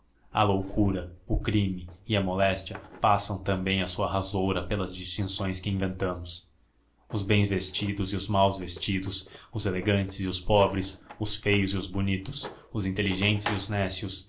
a loucura o crime e a moléstia passam também a sua rasoura pelas distinções que inventamos os bem vestidos e os mal vestidos os elegantes e os pobres os feios e os bonitos os inteligentes e os néscios